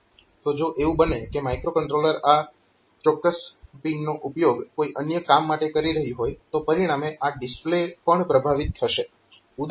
તો જો એવું બને કે માઇક્રોકન્ટ્રોલર આ ચોક્કસ પિનનો ઉપયોગ કોઈ અન્ય કામ માટે કરી રહ્યું હોય તો પરિણામે આ ડિસ્પ્લે પણ પ્રભાવિત થશે